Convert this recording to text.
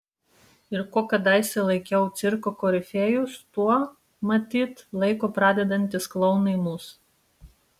ir kuo kadaise laikiau cirko korifėjus tuo matyt laiko pradedantys klounai mus